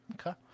Okay